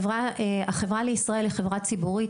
החברה לישראל היא חברה ציבורית.